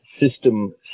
System